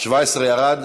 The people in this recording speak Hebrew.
17 ירד?